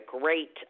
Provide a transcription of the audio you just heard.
great